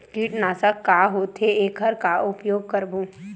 कीटनाशक का होथे एखर का उपयोग करबो?